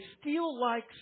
steel-like